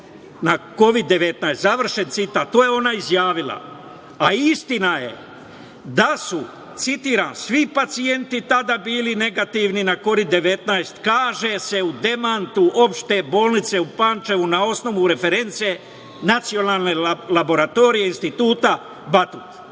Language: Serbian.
na COVID-19“. Završen citat. To je ona izjavila. Istina je da su, citiram: „Svi pacijenti tada bili negativni na COVID-19“, kaže se u demantu Opšte bolnice u Pančevu na osnovu reference Nacionalne laboratorije Instituta „Batut“.